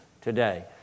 today